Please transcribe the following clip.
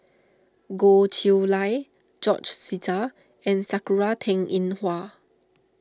Goh Chiew Lye George Sita and Sakura Teng Ying Hua